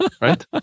Right